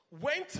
went